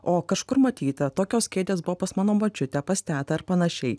o kažkur matyta tokios kėdės buvo pas mano močiutę pas tetą ar panašiai